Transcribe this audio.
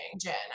Jen